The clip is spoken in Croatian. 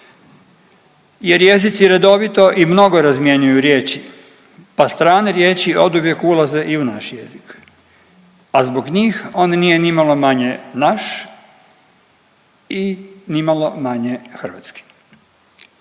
jer jezici redovito i mnogo razmjenjuju riječi pa strane riječi oduvijek ulaze i u naš jezik, a zbog njih on nije nimalo manje naš i nimalo manje hrvatski.